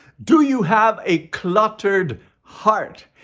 do you have a cluttered heart?